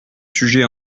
sujet